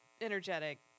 energetic